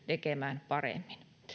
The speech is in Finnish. tekemään paremmin